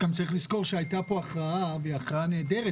גם צריך לזכור שהייתה פה הכרעה והיא הכרעה נהדרת,